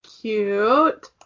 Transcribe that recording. Cute